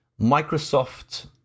Microsoft